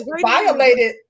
violated